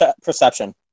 perception